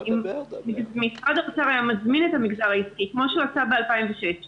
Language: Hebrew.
אם משרד האוצר היה מזמין את המגזר העסקי כמו שהוא עשה ב-2006,